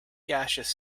gaseous